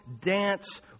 dance